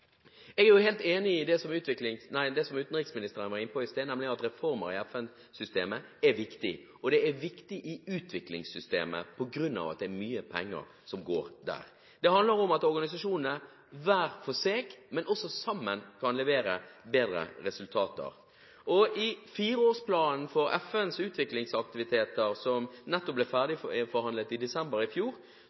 Jeg er helt enig i det utenriksministeren var inne på i stad, nemlig at reformer i FN-systemet er viktig. Det er viktig i utviklingssystemet fordi det er mye penger der. Det handler om at organisasjonene ikke bare hver for seg, men også sammen kan levere bedre resultater. I fireårsplanen for FNs utviklingsaktiviteter, som ble ferdigforhandlet i desember i fjor,